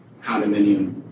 condominium